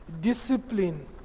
discipline